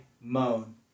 moan